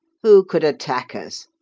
who could attack us?